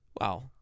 Wow